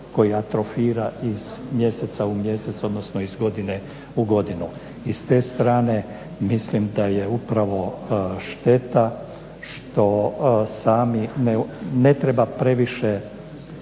koji atrofira iz mjeseca u mjesec, odnosno iz godine u godinu. I s te strane mislim da je upravo šteta što sami ne treba previše